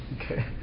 okay